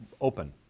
open